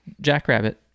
jackrabbit